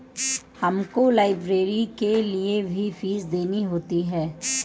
हमको लाइब्रेरी के लिए भी फीस देनी होती है